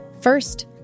First